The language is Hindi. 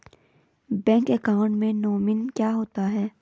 बैंक अकाउंट में नोमिनी क्या होता है?